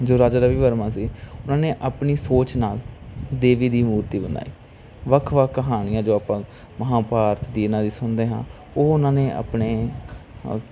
ਜੋ ਰਾਜਾ ਰਵੀ ਵਰਮਾ ਸੀ ਉਨ੍ਹਾਂ ਨੇ ਆਪਣੀ ਸੋਚ ਨਾਲ ਦੇਵੀ ਦੀ ਮੂਰਤੀ ਬਣਾਈ ਵੱਖ ਵੱਖ ਕਹਾਣੀਆਂ ਜੋ ਆਪਾਂ ਮਹਾਂਭਾਰਤ ਦੀ ਇਨ੍ਹਾਂ ਦੀ ਸੁਣਦੇ ਹਾਂ ਉਹ ਉਨ੍ਹਾਂ ਨੇ ਆਪਣੇ